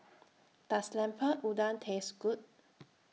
Does Lemper Udang Taste Good